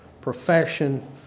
profession